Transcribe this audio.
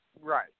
Right